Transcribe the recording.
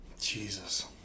Jesus